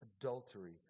adultery